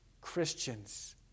Christians